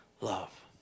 Love